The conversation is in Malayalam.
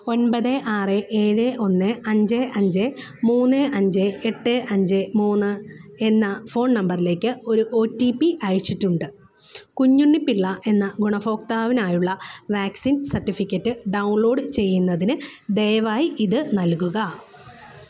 ഒൻപത് ആറ് ഏഴ് ഒന്ന് അഞ്ച് അഞ്ച് മൂന്ന് അഞ്ച് എട്ട് അഞ്ച് മൂന്ന് എന്ന ഫോൺ നമ്പറിലേക്ക് ഒരു ഒ ടി പി അയച്ചിട്ടുണ്ട് കുഞ്ഞുണ്ണി പിള്ള എന്ന ഗുണഭോക്താവിനായുള്ള വാക്സിൻ സർട്ടിഫിക്കറ്റ് ഡൗൺലോഡ് ചെയ്യുന്നതിന് ദയവായി ഇത് നൽകുക